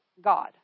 God